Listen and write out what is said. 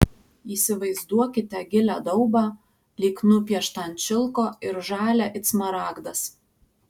įsivaizduokite gilią daubą lyg nupieštą ant šilko ir žalią it smaragdas